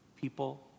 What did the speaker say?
people